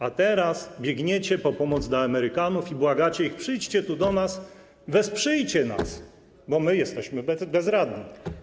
A teraz biegniecie po pomoc do Amerykanów i błagacie ich: przyjdźcie tu do nas, wesprzyjcie nas, bo my jesteśmy bezradni.